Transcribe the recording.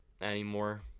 anymore